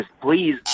Please